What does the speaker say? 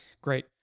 great